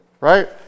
Right